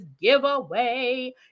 giveaway